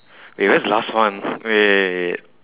wait where's the last one wait wait wait wait wait